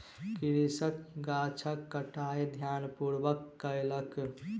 कृषक गाछक छंटाई ध्यानपूर्वक कयलक